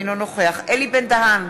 אינו נוכח אלי בן-דהן,